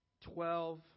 Twelve